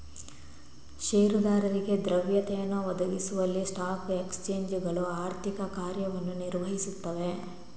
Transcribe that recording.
ಷೇರುದಾರರಿಗೆ ದ್ರವ್ಯತೆಯನ್ನು ಒದಗಿಸುವಲ್ಲಿ ಸ್ಟಾಕ್ ಎಕ್ಸ್ಚೇಂಜುಗಳು ಆರ್ಥಿಕ ಕಾರ್ಯವನ್ನು ನಿರ್ವಹಿಸುತ್ತವೆ